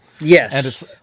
Yes